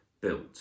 built